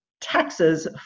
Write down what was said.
taxes